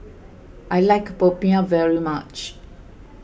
I like Popiah very much